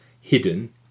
hidden